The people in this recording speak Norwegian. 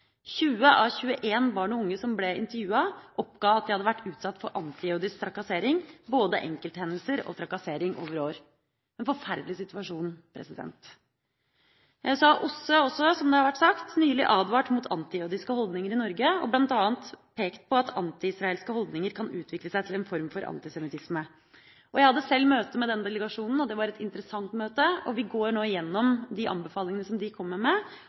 20 av 21 barn og unge som ble intervjuet, oppga at de hadde vært utsatt for antijødisk trakassering – både enkelthendelser og trakassering over år. Dette er en forferdelig situasjon. Så har OSSE også, som det har vært sagt, nylig advart mot antijødiske holdninger i Norge, og bl.a. pekt på at anti-israelske holdninger kan utvikle seg til en form for antisemittisme. Jeg hadde selv et møte med denne delegasjonen, og det var et interessant møte. Vi går nå igjennom de anbefalingene de kommer med,